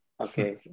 okay